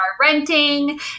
renting